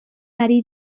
ari